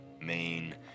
main